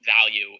value